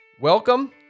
welcome